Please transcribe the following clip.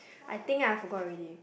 I think ah I forgot already